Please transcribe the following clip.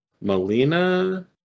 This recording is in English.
Melina